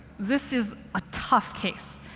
this is a tough case.